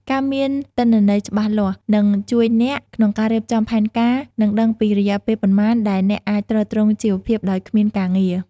ការមានទិន្នន័យច្បាស់លាស់នឹងជួយអ្នកក្នុងការរៀបចំផែនការ និងដឹងពីរយៈពេលប៉ុន្មានដែលអ្នកអាចទ្រទ្រង់ជីវភាពដោយគ្មានការងារ។